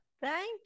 Thank